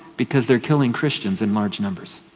because they're killing christians in large numbers,